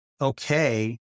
okay